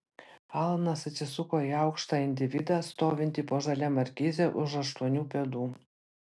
alanas atsisuko į aukštą individą stovintį po žalia markize už aštuonių pėdų